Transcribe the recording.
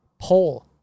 poll